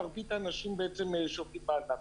מרבית האנשים בעצם שעובדים בענף.